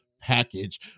package